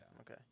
Okay